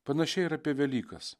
panašiai ir apie velykas